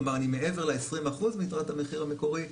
כלומר אני מעבר ל-20% מיתרת המחיר המקורי,